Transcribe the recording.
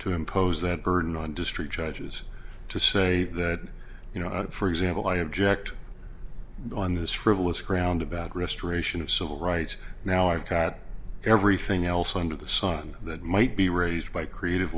to impose that burden on district judges to say that you know for example i object on this frivolous ground about restoration of civil rights now i've got everything else under the sun that might be raised by creative